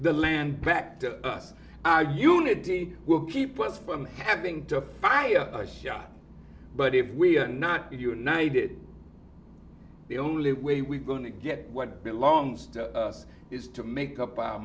the land back to us our unity will keep us from having to fire a shot but if we are not united the only way we're going to get what belongs to us is to make up our